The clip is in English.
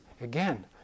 again